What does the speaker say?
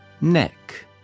neck